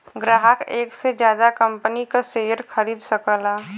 ग्राहक एक से जादा कंपनी क शेयर खरीद सकला